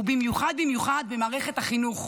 ובמיוחד במיוחד במערכת החינוך,